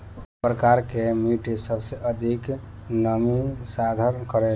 कउन प्रकार के मिट्टी सबसे अधिक नमी धारण करे ले?